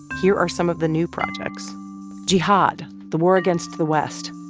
here are some of the new projects jihad the war against the west,